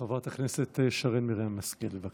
חברת הכנסת שרן מרים השכל, בבקשה.